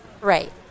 Right